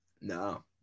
no